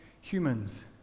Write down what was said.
humans